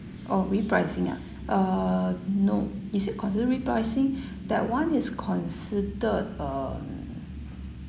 oh repricing ah uh no is it consider repricing that one is considered um